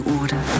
order